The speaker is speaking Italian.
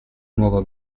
nuova